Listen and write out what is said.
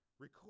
Record